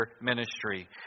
ministry